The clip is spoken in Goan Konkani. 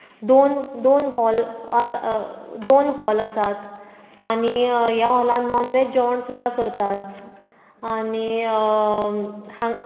दोन दोन हॉल दोन हॉल आसात आनी ह्या हॉलांत नॉन वेज जेवण सुद्दा करतात आनी